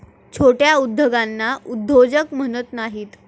छोट्या उद्योगांना उद्योजक म्हणत नाहीत